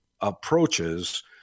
approaches